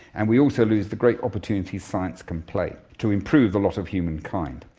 and we also lose the great opportunities science can play to improve the lot of humankind.